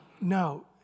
no